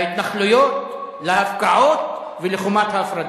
להתנחלויות, להפקעות ולחומת ההפרדה.